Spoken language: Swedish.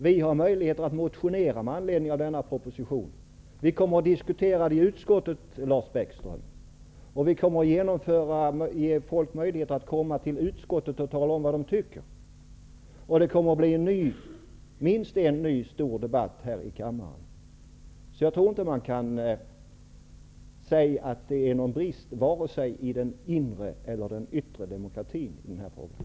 Vi har möjligheter att motionera med anledning av denna proposition. Vi kommer att diskutera detta i utskottet, Lars Bäckström, och vi kommer att ge människor möjlighet att komma till utskottet och tala om vad de tycker. Det kommer att bli minst en ny stor debatt här i kammaren. Jag tror inte att man kan säga att det är någon brist vare sig i den inre eller den yttre demokratin i den här frågan.